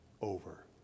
over